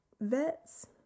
vets